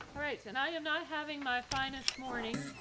right. and i am not having my finest morning.